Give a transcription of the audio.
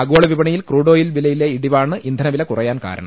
ആഗോള വിപണിയിൽ ക്രൂഡോയിൽ വിലയിലെ ഇടിവാണ് ഇന്ധനവില കുറയാൻ കാരണം